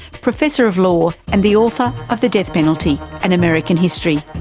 professor of law and the author of the death penalty an american history.